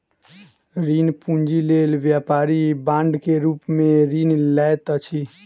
ऋण पूंजी लेल व्यापारी बांड के रूप में ऋण लैत अछि